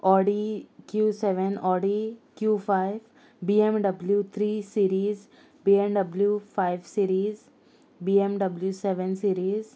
Audi Q seven Audi Q five BMW three series BMW five series BMW seven series